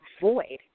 void